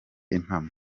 impamo